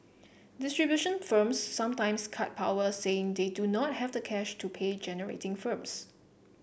distribution firms sometimes cut power saying they do not have the cash to pay generating firms